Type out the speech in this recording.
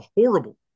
horrible